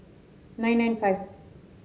nine nine five